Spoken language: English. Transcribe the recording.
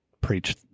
preach